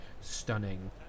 stunning